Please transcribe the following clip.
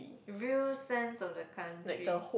real sense of the country